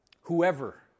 whoever